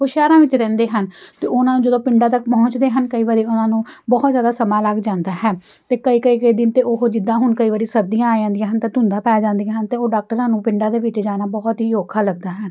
ਉਹ ਸ਼ਹਿਰਾਂ ਵਿੱਚ ਰਹਿੰਦੇ ਹਨ ਅਤੇ ਉਹਨਾਂ ਨੂੰ ਜਦੋਂ ਪਿੰਡਾਂ ਤੱਕ ਪਹੁੰਚਦੇ ਹਨ ਕਈ ਵਾਰੀ ਉਹਨਾਂ ਨੂੰ ਬਹੁਤ ਜ਼ਿਆਦਾ ਸਮਾਂ ਲੱਗ ਜਾਂਦਾ ਹੈ ਅਤੇ ਕਈ ਕਈ ਕਈ ਦਿਨ ਤਾਂ ਉਹ ਜਿੱਦਾਂ ਹੁਣ ਕਈ ਵਾਰੀ ਸਰਦੀਆਂ ਆ ਜਾਂਦੀਆਂ ਹਨ ਤਾਂ ਧੁੰਦਾ ਪੈ ਜਾਂਦੀਆਂ ਹਨ ਅਤੇ ਉਹ ਡਾਕਟਰਾਂ ਨੂੰ ਪਿੰਡਾਂ ਦੇ ਵਿੱਚ ਜਾਣਾ ਬਹੁਤ ਹੀ ਔਖਾ ਲੱਗਦਾ ਹੈ